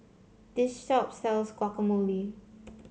this shop sells Guacamole